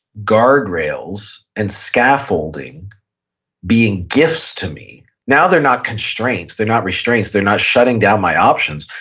guardrails and scaffolding being gifts to me now they're not constraints, they're not restraints, they're not shutting down my options.